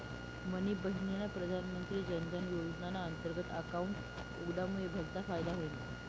मनी बहिनना प्रधानमंत्री जनधन योजनाना अंतर्गत अकाउंट उघडामुये भलता फायदा व्हयना